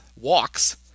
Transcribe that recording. walks